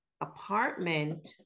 apartment